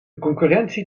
concurrentie